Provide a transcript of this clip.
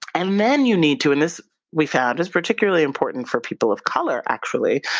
and then you need to, and this we found is particularly important for people of color actually,